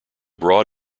broad